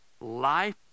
Life